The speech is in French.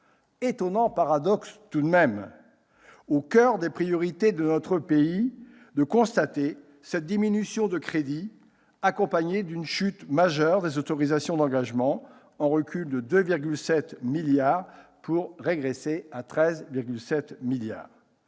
étonnant paradoxe tout de même, au coeur des priorités de notre pays, de constater cette diminution de crédits accompagnée d'une chute majeure des autorisations d'engagement, en recul de 2,7 milliards d'euros, à 13,7 milliards